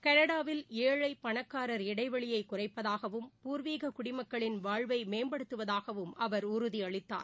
களடாவில் ஏழை பணக்காரர் இடைவெளியை குறைப்பதாகவும் பூர்வீக குடிமக்களின் வாழ்வை மேம்படுத்துவதாகவும் அவர் உறுதியளித்தார்